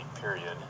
period